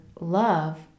love